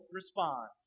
respond